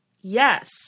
yes